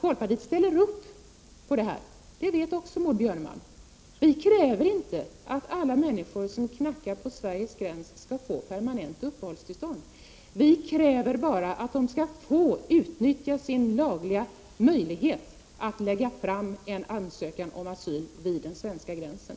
Att folkpartiet ställer upp bakom detta vet Maud Björnemalm också. Vi kräver inte att alla människor som knackar på Sveriges gräns, så att säga, skall få permanent uppehållstillstånd. Vi kräver bara att de skall få utnyttja sin lagliga möjlighet att lägga fram en ansökan om asyl vid den svenska gränsen.